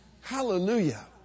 Hallelujah